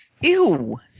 Ew